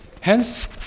Hence